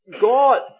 God